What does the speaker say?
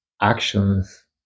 actions